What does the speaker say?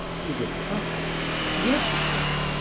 he replied yes, sir,